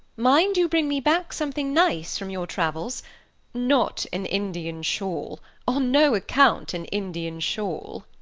mind you bring me back something nice from your travels not an indian shawl on no account an indian shawl.